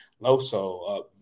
Loso